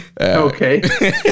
Okay